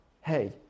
Hey